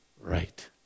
right